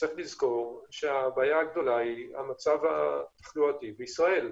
צריך לזכור שהבעיה הגדולה היא המצב התחלואתי בישראל.